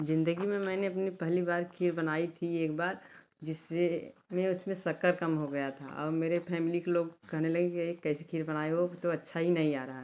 ज़िंदगी में मैंने अपनी पहली बार खीर बनाई थी एक बार जिससे मैं उसमें शक्कर कम हो गया था और मेरे फैमिली के लोग कहने लगे कि ये कैसे खीर बनाए हो ये तो अच्छा ही नहीं आ रहा